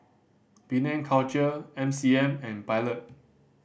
Penang Culture M C M and Pilot